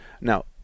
Now